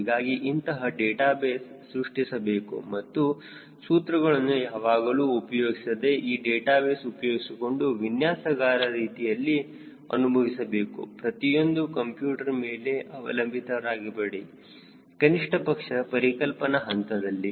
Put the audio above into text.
ಹೀಗಾಗಿ ಇಂತಹ ಡೇಟಾಬೇಸ್ ಸೃಷ್ಟಿಸಬೇಕು ಮತ್ತು ಸೂತ್ರಗಳನ್ನು ಯಾವಾಗಲೂ ಉಪಯೋಗಿಸದೆ ಈ ಡೇಟಾಬೇಸ್ ಉಪಯೋಗಿಸಿಕೊಂಡು ವಿನ್ಯಾಸಗಾರ ರೀತಿಯಲ್ಲಿ ಅನುಭವಿಸಬೇಕು ಪ್ರತಿಯೊಂದನ್ನು ಕಂಪ್ಯೂಟರ್ ಮೇಲೆ ಅವಲಂಬಿತರಾಗಬೇಡಿ ಕನಿಷ್ಠಪಕ್ಷ ಪರಿಕಲ್ಪನಾ ಹಂತದಲ್ಲಿ